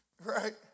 right